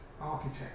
architect